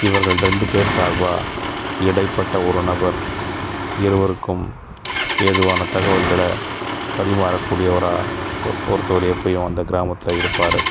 இவர்கள் ரெண்டு பேர் சார்பாக இடைப்பட்ட ஒரு நபர் இருவருக்கும் ஏதுவான தகவல்களை பரிமாறக் கூடியவராக ஒ ஒருத்தர் எப்பயும் அந்தக் கிராமத்தில் இருப்பார்